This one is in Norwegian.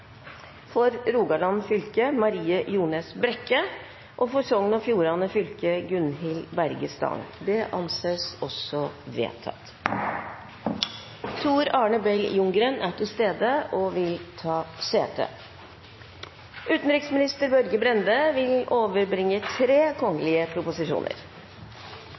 Rogaland fylke: Marie Ljones BrekkeFor Sogn og Fjordane fylke: Gunhild Berge Stang Tor Arne Bell Ljunggren er til stede og vil ta sete. Representanten Audun Lysbakken vil